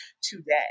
today